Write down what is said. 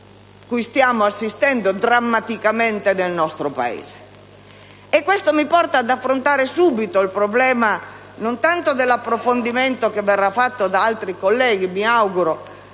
cui stiamo assistendo drammaticamente nel nostro Paese? Questo mi porta ad affrontare subito il problema, non tanto dell'approfondimento che - mi auguro - verrà fatto da altri colleghi, ma